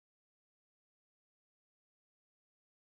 oh society labels me as an ah gua